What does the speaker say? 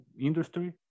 industry